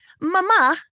mama